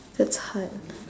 that's hard